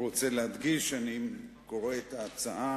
אני רוצה להדגיש שאני קורא את התשובה